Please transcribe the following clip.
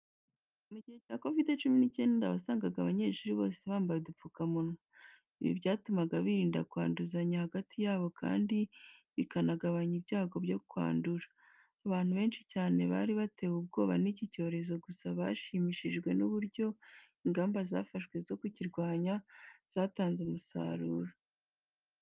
Mu gihe cya Covide 19 wasangaga abanyeshuri bose bambaye udupfukamunwa, ibi byatumaga birinda kwanduzanya hagati yabo kandi bikanagabanya ibyago byo kwandura. Abantu benshi cyane bari batewe ubwoba n'iki cyorezo gusa bashimishijwe n'uburyo ingamba zafashwe zo kukirwanya zatanze umusaruro.